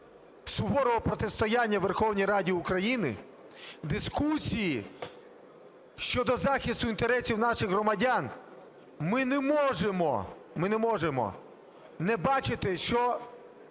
суворого протистояння у Верховній Раді України дискусії щодо захисту інтересів наших громадян ми не можемо не бачити, що